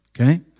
okay